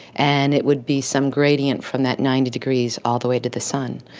and it would be some gradient from that ninety degrees all the way to the sun.